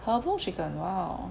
herbal chicken !wow!